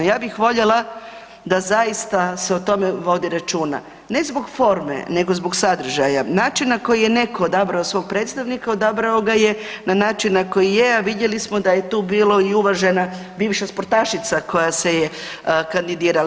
Ja bih voljela da zaista se o tome vodi računa, ne zbog forme nego zbog sadržaja, način na koji je neko odabrao svog predstavnika odabrao ga je na način na koji je, a vidjeli smo da je tu bilo i uvažena bivša sportašica koja se je kandidirala.